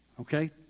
okay